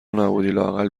نبودی٬لااقل